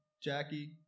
Jackie